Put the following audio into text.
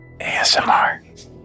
ASMR